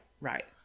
right